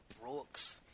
Brooks